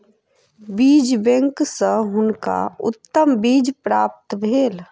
बीज बैंक सॅ हुनका उत्तम बीज प्राप्त भेल